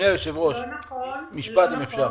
זה לא נכון, לא נכון.